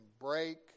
break